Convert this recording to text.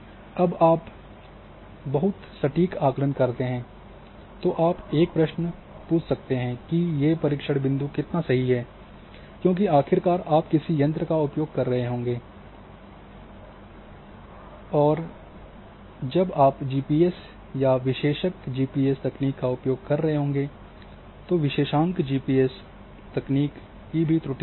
अब जब आप बहुत सटीक आकलन करते हैं तो आप एक प्रश्न हम पूछ सकते हैं ये परीक्षण बिंदु कितना सही हैं क्योंकि आखिरकार आप किसी यंत्र का उपयोग कर रहे होंगे उडरन के लिए अब आप जीपीएस या विशेषक जीपीएस तकनीक का उपयोग कर रहे हैं तो विशेषांक जीपीएस तकनीक की भी अपनी त्रुटियां होंगी